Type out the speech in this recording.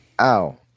Ow